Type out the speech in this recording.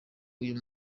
uyu